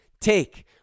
take